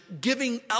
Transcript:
giving